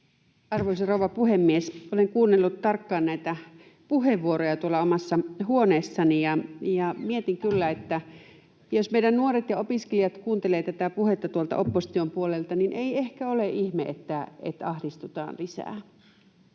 Arvoisa rouva puhemies! Olen kuunnellut tarkkaan näitä puheenvuoroja tuolla omassa huoneessani ja mietin kyllä, että jos meidän nuoret ja opiskelijat kuuntelevat tätä puhetta tuolta opposition puolelta, niin ei ehkä ole ihme, että ahdistutaan lisää.